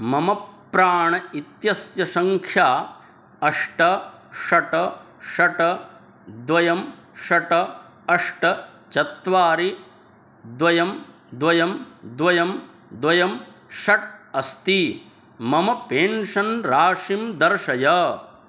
मम प्राण् इत्यस्य सङ्ख्या अष्ट षट् षट् द्वे षट् अष्ट चत्वारि द्वे द्वे द्वे द्वे षट् अस्ति मम पेन्शन् राशिं दर्शय